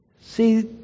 See